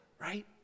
Right